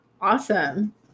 awesome